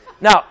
Now